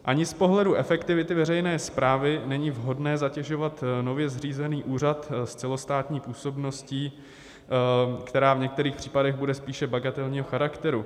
Ani z pohledu efektivity veřejné správy není vhodné zatěžovat nově zřízený úřad s celostátní působností, která v některých případech bude spíše bagatelního charakteru.